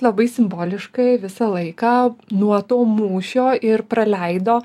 labai simboliškai visą laiką nuo to mūšio ir praleido